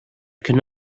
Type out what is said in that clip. could